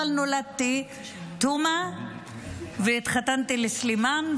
אבל נולדתי תומא והתחתנתי עם סלימאן,